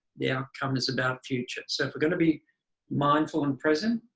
the outcome is about future. so we're going to be mindful and present,